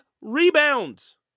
rebounds